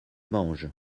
mange